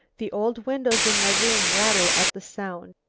the old windows in my room rattle at the sound.